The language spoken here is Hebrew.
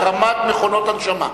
החרמת מכונות הנשמה.